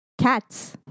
cats